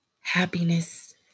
happiness